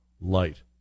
light